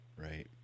Right